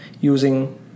using